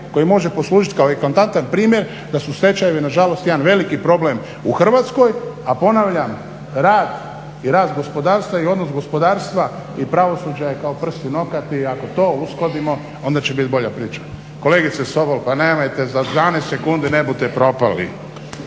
koji može poslužiti kao eklatantan primjer da su stečajevi nažalost jedan veliki problem u Hrvatskoj, a ponavljam rad i rast gospodarstva i odnos gospodarstva i pravosuđa je kao prst i nokat. I ako to uskladimo onda će biti bolja priča. Kolegice Sobol pa nemojte sa strane. Za sekundu ne budete propali.